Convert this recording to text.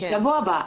בשבוע הבא,